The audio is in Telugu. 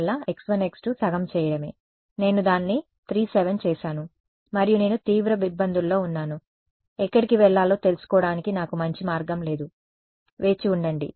అవును సరిగ్గా ఈ కేసు కోసం నేను చేయాల్సిందల్లా x 1x2 సగం చేయడమే నేను దానిని 3 7 చేసాను మరియు నేను తీవ్ర ఇబ్బందుల్లో ఉన్నాను ఎక్కడికి వెళ్లాలో తెలుసుకోవడానికి నాకు మంచి మార్గం లేదు వేచి ఉండండి